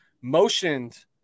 motioned